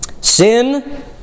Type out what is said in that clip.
Sin